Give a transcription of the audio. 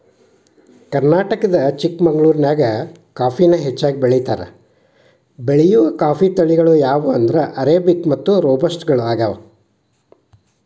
ಕರ್ನಾಟಕದ ಚಿಕ್ಕಮಗಳೂರಿನ್ಯಾಗ ಕಾಫಿನ ಹೆಚ್ಚಾಗಿ ಬೆಳೇತಾರ, ಬೆಳೆಯುವ ಕಾಫಿಯ ತಳಿಗಳೆಂದರೆ ಅರೇಬಿಕ್ ಮತ್ತು ರೋಬಸ್ಟ ಗಳಗ್ಯಾವ